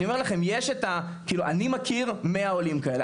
אני אומר לכם, יש את, אני מכיר מאה עולים כאלה.